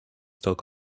talk